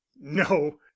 no